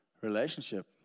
relationship